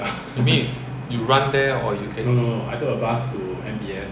you mean you run there or you take